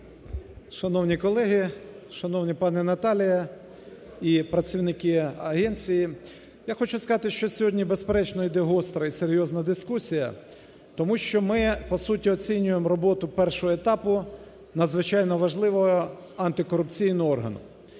Шановні колеги! Шановна пані Наталія і працівники агенції! Я хочу сказати, що сьогодні, безперечно, йде гостра і серйозна дискусія, тому що ми по суті оцінюємо роботу першого етапу надзвичайно важливого антикорупційного органу.